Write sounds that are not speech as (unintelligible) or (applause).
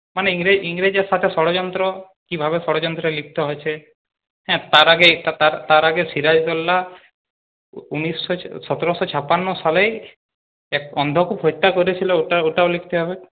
মানে ইংরেজের সাথে ষড়যন্ত্র কীভাবে ষড়যন্ত্রে লিপ্ত হয়েছে হ্যাঁ তার আগে এটা তার তার আগে সিরাজদ্দৌল্লা উনিশশো (unintelligible) সতেরোশো ছাপান্ন সালেই এক অন্ধকূপ হত্যা করেছিল ওটা ওটাও লিখতে হবে